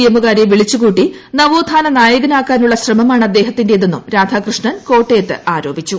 എമ്മുകാരെ വിളിച്ചുകൂട്ടി നവോത്ഥാന നായകനാകാനുള്ള ശ്രമമാണ് അദ്ദേഹത്തിന്റേതെന്നും രാധാകൃഷ്ണൻ കോട്ടയത്ത് ആരോപിച്ചു